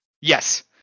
Yes